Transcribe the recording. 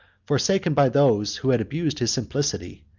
forsaken by those who had abused his simplicity,